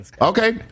Okay